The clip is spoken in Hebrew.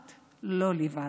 ואת, לא לבד.